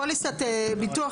פוליסת ביטוח,